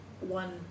one